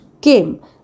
came